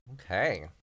Okay